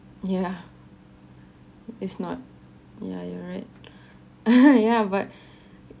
ya it's not yeah you're right yeah but